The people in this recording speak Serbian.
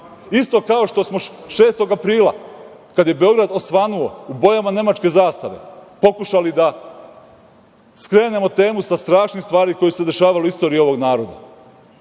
Isto kao što smo 6. aprila, kada je Beograd osvanuo u bojama nemačke zastave, pokušali da skrenemo temu sa strašnih stvari koje su se dešavale u istoriji ovog naroda.